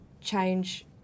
change